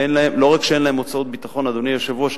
לא רק שאין להם הוצאות ביטחון, אדוני היושב-ראש,